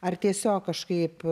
ar tiesiog kažkaip